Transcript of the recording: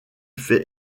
fait